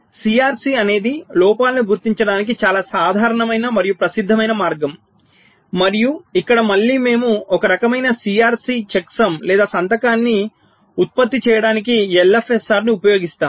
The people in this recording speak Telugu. CRC అనేది లోపాలను గుర్తించడానికి చాలా సాధారణమైన మరియు ప్రసిద్ధమైన మార్గం మరియు ఇక్కడ మళ్ళీ మేము ఒక రకమైన CRC చెక్సమ్ లేదా సంతకాన్ని ఉత్పత్తి చేయడానికి LFSR ని ఉపయోగిస్తాము